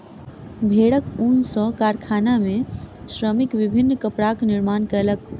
भेड़क ऊन सॅ कारखाना में श्रमिक विभिन्न कपड़ाक निर्माण कयलक